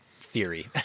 theory